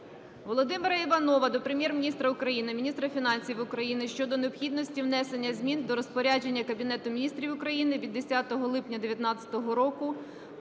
Володимира Іванова до Прем'єр-міністра України, міністра фінансів України щодо необхідності внесення змін до розпорядження Кабінету Міністрів України від 10 липня 2019 року